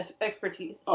expertise